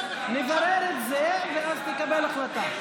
נברר את זה, ואז תתקבל החלטה.